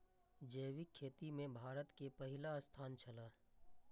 जैविक खेती में भारत के पहिल स्थान छला